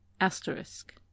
asterisk